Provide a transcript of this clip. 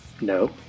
No